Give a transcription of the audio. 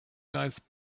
nice